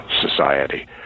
Society